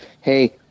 Hey